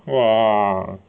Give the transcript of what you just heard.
!wah!